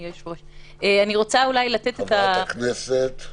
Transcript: חברת הכנסת מיכל.